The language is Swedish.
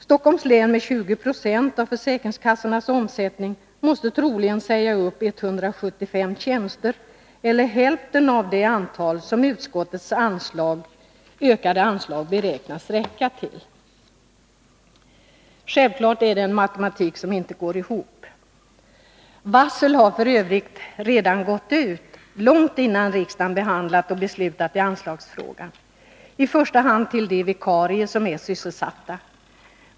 Stockholms län med 20 96 av försäkringskassornas omsättning måste troligen avveckla 175 tjänster eller hälften av det antal som utskottets förslag till anslagsökning beräknas räcka till. Denna matematik går självfallet inte ihop. Varsel har f. ö. redan gått ut — långt innan riksdagen genomfört sin behandling av anslagsfrågan och fattat sitt beslut — i första hand till de vikarier som är sysselsatta.